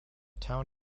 town